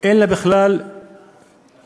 אין לה בכלל תכנון.